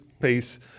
pace